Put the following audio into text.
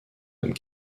comme